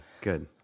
good